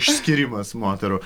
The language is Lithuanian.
išskyrimas moterų